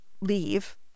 leave